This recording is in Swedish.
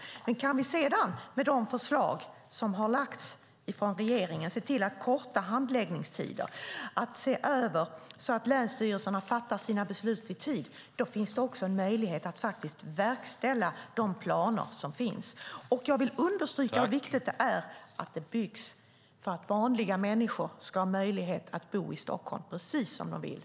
Om vi sedan med de förslag som har lagts fram av regeringen kan se till att korta handläggningstider, se över så att länsstyrelserna fattar beslut i tid, finns det möjlighet att verkställa de planer som finns. Jag vill understryka hur viktigt det är att det byggs så att vanliga människor har möjlighet att bo i Stockholm - precis som de vill.